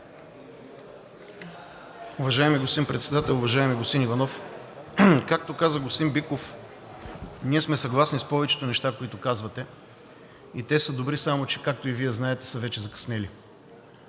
Уважаеми господин Председател, уважаеми господин Иванов! Както каза господин Биков, ние сме съгласни с повечето неща, които казвате, и те са добри, само че, както и Вие знаете, са вече закъснели.